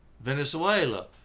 Venezuela